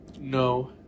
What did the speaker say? No